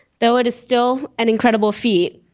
though it is still an incredible feat,